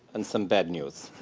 and some bad news.